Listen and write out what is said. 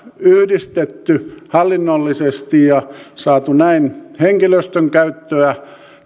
yhdistetty hallinnollisesti ja saatu näin henkilöstön käyttöä